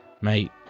mate